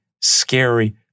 scary